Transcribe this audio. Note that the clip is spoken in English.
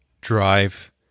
drive